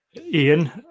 Ian